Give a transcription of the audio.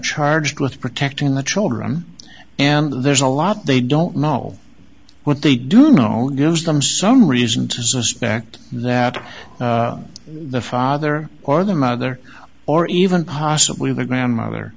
charged with protecting the children and there's a lot they don't know what they do know gives them some reason to suspect that the father or the mother or even possibly the grandmother